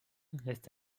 restait